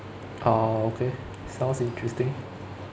ah okay sounds interesting